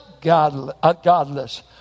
godless